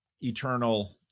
eternal